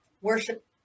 worship